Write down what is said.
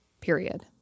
period